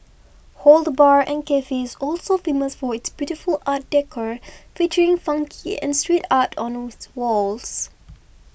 Hood Bar and cafe is also famous for its beautiful art decor featuring funky and street art on those walls